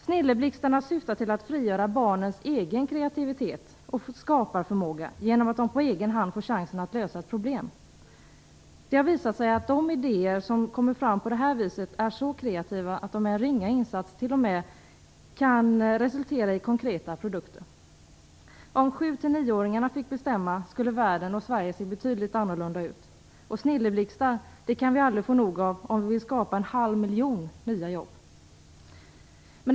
Snilleblixtarna syftar till att frigöra barnens egen kreativitet och skaparförmåga genom att de på egen hand får chansen att lösa ett problem. Det har visat sig att de idéer som kommer fram på detta vis är så kreativa att de med en ringa insats t.o.m. kan resultera i konkreta produkter. Om 7-9-åringarna fick bestämma skulle världen och Sverige se betydligt annorlunda ut. Snilleblixtar kan vi aldrig få nog av om vi vill skapa en halv miljon nya jobb.